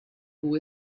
who